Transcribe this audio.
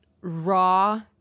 raw